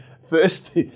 First